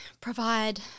provide